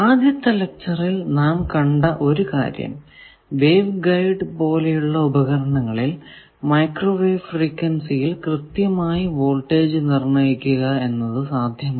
ആദ്യത്തെ ലെക്ച്ചറിൽ നാം കണ്ട ഒരു കാര്യം വേവ് ഗൈഡ് പോലെയുള്ള ഉപകരണങ്ങളിൽ മൈക്രോവേവ് ഫ്രീക്വൻസിയിൽ കൃത്യമായി വോൾടേജ് നിർണയിക്കുക എന്നത് സാധ്യമല്ല